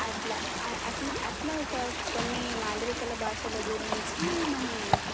అట్లా అట్లా ఒక కొన్ని మాండలికాల భాషల గురించి మనం